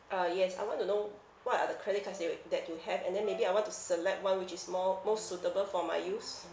ah yes I want to know what are the credit cards that you that you have and then maybe I want to select one which is more most suitable for my use